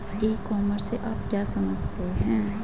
ई commerce से आप क्या समझते हैं?